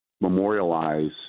memorialize